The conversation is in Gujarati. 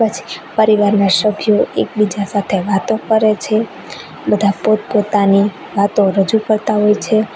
પછી પરિવારના સભ્યો એકબીજાં સાથે વાતો કરે છે બધા પોતપોતાની વાતો રજૂ કરતાં હોય છે